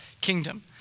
kingdom